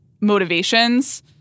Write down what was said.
motivations